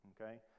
okay